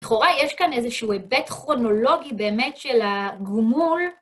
לכאורה יש כאן איזה שהוא היבט כרונולוגי באמת של הגמול.